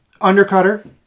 undercutter